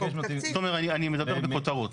תומר, אני מדבר בכותרות.